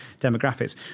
demographics